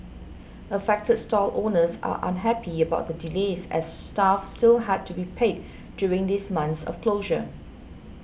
affected stall owners are unhappy about the delays as staff still had to be paid during these months of closure